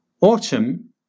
autumn